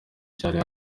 cyari